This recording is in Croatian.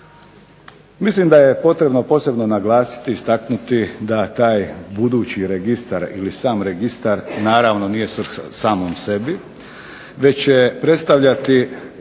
Mislim da je potrebno posebno naglasiti i istaknuti da taj budući registar ili sam registar naravno nije svrha samom sebi već će predstavljati ne